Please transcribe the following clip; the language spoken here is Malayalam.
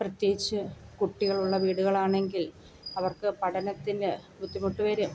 പ്രത്യേകിച്ച് കുട്ടികളുള്ള വീടുകളാണെങ്കിൽ അവർക്ക് പഠനത്തിന് ബുദ്ധിമുട്ട് വരും